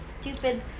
stupid